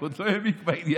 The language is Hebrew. הוא עוד לא העמיק בעניין.